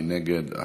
מי נגד?